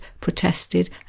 protested